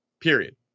period